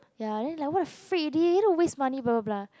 ya then like what the freak already don't waste money bla bla bla